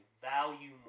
value